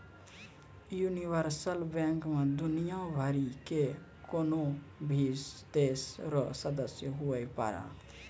universal bank मे दुनियाँ भरि के कोन्हो भी देश रो सदस्य हुवै पारै